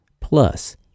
plus